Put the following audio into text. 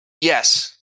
Yes